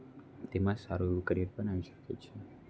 તેમાં સારું એવું કરિયર બનાવી શકે છે